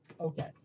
Okay